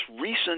recent